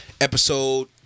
Episode